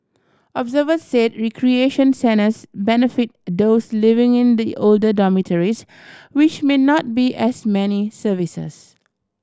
observers said recreation centres benefit those living in the older dormitories which may not be as many services